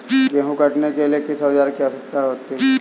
गेहूँ काटने के लिए किस औजार की आवश्यकता होती है?